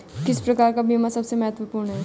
किस प्रकार का बीमा सबसे महत्वपूर्ण है?